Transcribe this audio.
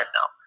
now